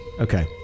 Okay